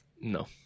No